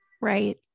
Right